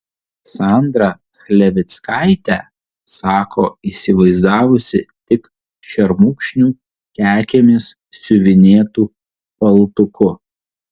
sandrą chlevickaitę sako įsivaizdavusi tik šermukšnių kekėmis siuvinėtu paltuku